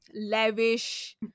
lavish